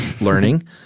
learning